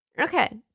Okay